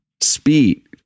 speed